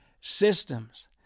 systems